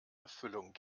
erfüllung